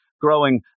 growing